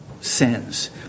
sins